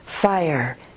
fire